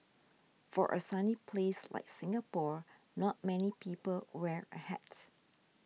for a sunny place like Singapore not many people wear a hat